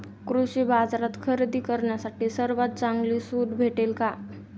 कृषी बाजारात खरेदी करण्यासाठी सर्वात चांगली सूट भेटेल का?